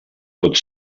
pot